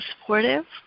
supportive